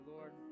Lord